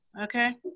okay